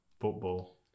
football